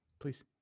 Please